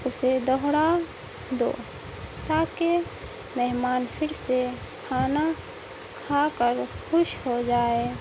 اسے دوہرا دو تاکہ مہمان پھر سے کھانا کھا کر خوش ہو جائے